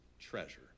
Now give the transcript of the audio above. treasure